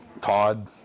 Todd